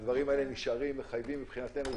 הדברים האלה נשארים, מחייבים, מבחינתנו.